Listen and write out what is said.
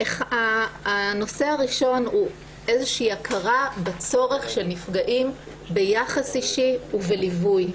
הנושא הראשון הוא הכרה בצורך של נפגעים ביחס אישי ובליווי.